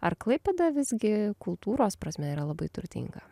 ar klaipėda visgi kultūros prasme yra labai turtinga